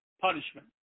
punishment